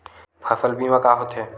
फसल बीमा का होथे?